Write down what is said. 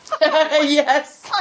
Yes